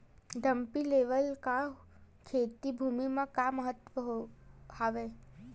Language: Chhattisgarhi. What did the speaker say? डंपी लेवल का खेती भुमि म का महत्व हावे?